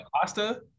pasta